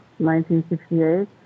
1968